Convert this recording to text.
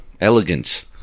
elegant